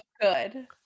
good